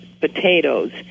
potatoes